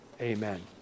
Amen